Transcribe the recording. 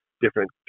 different